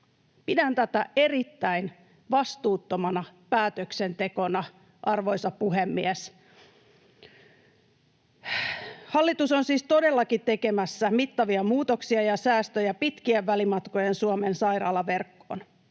Pidän tätä erittäin vastuuttomana päätöksentekona, arvoisa puhemies. Hallitus on siis todellakin tekemässä mittavia muutoksia ja säästöjä pitkien välimatkojen Suomen sairaalaverkkoon.